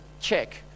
check